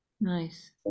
Nice